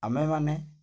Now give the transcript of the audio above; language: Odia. ଆମେମାନେ